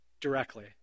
directly